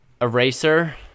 Eraser